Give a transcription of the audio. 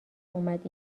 اومد